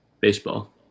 Baseball